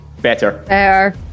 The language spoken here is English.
Better